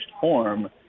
form